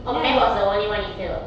oh math was the only one you failed